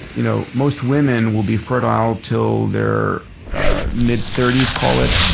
you know most women will be fertile until their midthirties, call it,